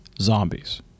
zombies